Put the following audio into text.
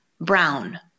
brown